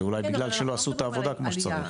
זה אולי בגלל שלא עשו את העבודה כמו שצריך.